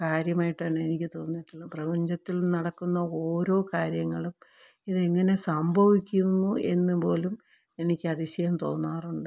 കാര്യമായിട്ടാണ് എനിക്ക് തോന്നിയിട്ടുള്ളത് പ്രപഞ്ചത്തിൽ നടക്കുന്ന ഓരോ കാര്യങ്ങളും ഇതെങ്ങനെ സംഭവിക്കുന്നു എന്ന് പോലും എനിക്ക് അതിശയം തോന്നാറുണ്ട്